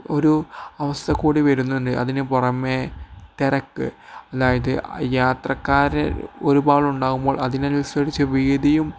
ഒരു അവസ്ഥ കൂടി വരുന്നുണ്ട് അതിന് പുറമേ തിരക്ക് അതായത് യാത്രക്കാർ ഒരുപാട് ഉണ്ടാകുമ്പോൾ അതിനനുസരിച്ചു വീതിയും